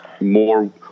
more